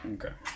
Okay